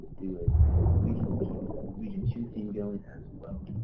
do a specific region, we'll keep this region two theme going as well.